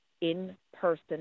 in-person